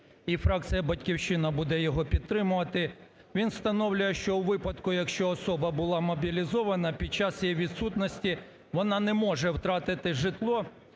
і фракція "Батьківщина" буде його підтримувати. Він встановлює, що у випадку, якщо особа була мобілізована, під час її відсутності, вона не може втратити житло,